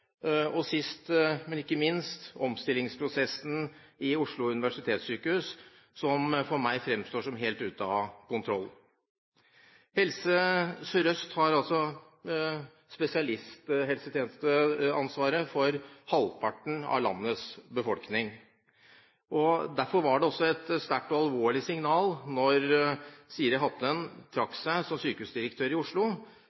og sist, men ikke minst, omstillingsprosessen ved Oslo universitetssykehus, som for meg fremstår som helt ute av kontroll. Helse Sør-Øst har altså spesialisthelsetjenesteansvaret for halvparten av landets befolkning. Derfor var det også et sterkt og alvorlig signal da Siri Hatlen trakk